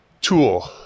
tool